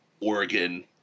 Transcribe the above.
Oregon